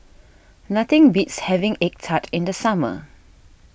nothing beats having Egg Tart in the summer